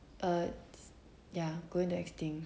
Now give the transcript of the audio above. uh ya going to extinct